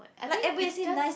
I think is just